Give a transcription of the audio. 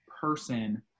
person